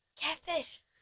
Catfish